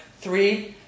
three